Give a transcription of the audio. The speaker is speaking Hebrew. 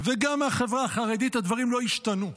וגם מהחברה החרדית, הדברים לא ישתנו.